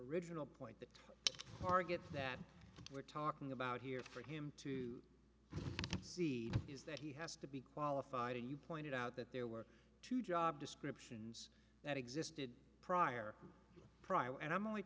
riginal point the target that we're talking about here for him to see is that he has to be qualified and you pointed out that there were two job descriptions that existed prior prior and i'm only